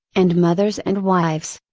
and mothers and wives.